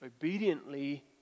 obediently